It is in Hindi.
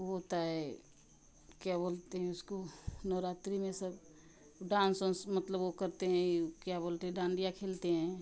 होता है क्या बोलते हैं उसको नवरात्री में सब डांस वांस मतलब वो करते हैं क्या बोलते हैं डांडिया खेलते हैं